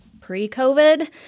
pre-covid